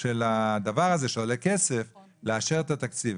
של הדבר הזה שעולה כסף, לאשר את התקציב.